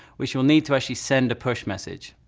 which we'll need to actually send a push message.